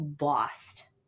lost